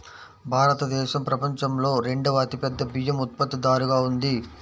భారతదేశం ప్రపంచంలో రెండవ అతిపెద్ద బియ్యం ఉత్పత్తిదారుగా ఉంది